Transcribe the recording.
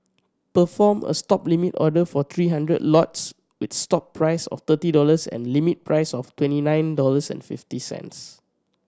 perform a Stop limit order for three hundred lots with stop price of thirty dollars and limit price of twenty nine dollars and fifty cents